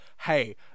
Hey